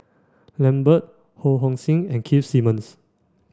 Lambert Ho Hong Sing and Keith Simmons